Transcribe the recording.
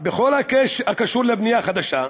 בכל הקשור לבנייה חדשה.